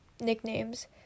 nicknames